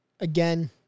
Again